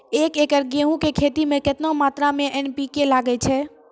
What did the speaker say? एक एकरऽ गेहूँ के खेती मे केतना मात्रा मे एन.पी.के लगे छै?